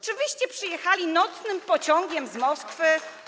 Czy wyście przyjechali nocnym pociągiem z Moskwy?